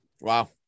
Wow